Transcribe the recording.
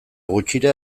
gutxira